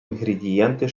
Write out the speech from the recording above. інгредієнти